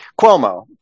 Cuomo